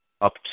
up